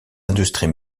industries